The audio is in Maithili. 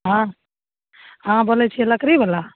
हँ हँ बोलै छी लकड़ी बाला